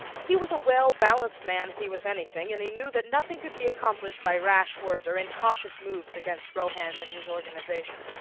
he was a well-balanced man if he was anything and he knew that nothing could be accomplished by rash words or incautious moves against rohan and his organization.